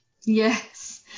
Yes